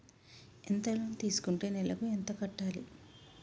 ఎంత లోన్ తీసుకుంటే నెలకు ఎంత కట్టాలి?